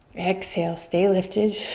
exhale, stay lifted.